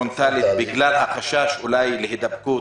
פרונטלית, בגלל החשש להידבקות.